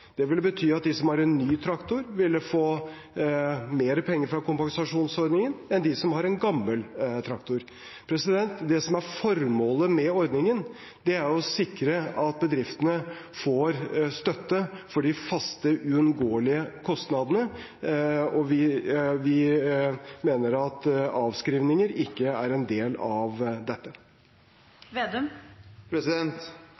Det ville bety at de som har en ny traktor, ville få mer penger fra kompensasjonsordningen enn de som har en gammel traktor. Det som er formålet med ordningen, er å sikre at bedriftene får støtte for de faste, uunngåelige kostnadene, og vi mener at avskrivninger ikke er en del av